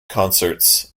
concerts